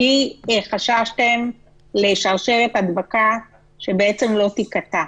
כי חששתם לשרשרת הדבקה שבעצם לא תיקטע.